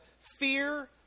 fear